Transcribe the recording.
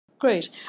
great